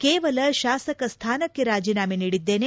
ಕೇವಲ ಶಾಸಕ ಸ್ಥಾನಕ್ಕೆ ರಾಜೀನಾಮೆ ನೀಡಿದ್ದೇನೆ